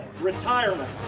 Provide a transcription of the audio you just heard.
retirement